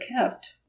kept